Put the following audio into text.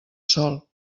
sòl